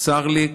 צר לי.